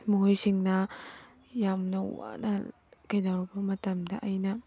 ꯃꯈꯣꯏꯁꯤꯡꯅ ꯌꯥꯝꯅ ꯋꯥꯅ ꯀꯩꯗꯧꯔꯕ ꯃꯇꯝꯗ ꯑꯩꯅ